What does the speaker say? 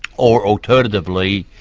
or alternatively,